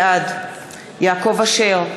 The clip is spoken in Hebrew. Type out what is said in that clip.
בעד יעקב אשר,